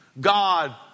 God